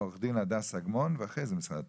עו"ד הדס אגמון, ואחרי זה משרד התחבורה.